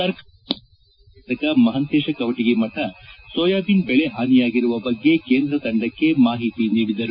ಸರ್ಕಾರದ ಮುಖ್ಯ ಸಚೇತಕ ಮಹಂತೇಶ ಕವಟಗಿ ಮಠ ಸೋಯಾಬೀನ್ ಬೆಳೆ ಹಾನಿಯಾಗಿರುವ ಬಗ್ಗೆ ಕೇಂದ್ರ ತಂಡಕ್ಕೆ ಮಾಹಿತಿ ನೀಡಿದರು